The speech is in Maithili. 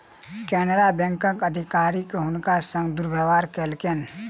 केनरा बैंकक अधिकारी हुनकर संग दुर्व्यवहार कयलकैन